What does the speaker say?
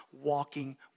walking